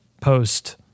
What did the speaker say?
post